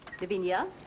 Lavinia